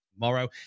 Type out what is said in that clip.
tomorrow